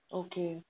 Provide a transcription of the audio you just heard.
okay